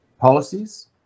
policies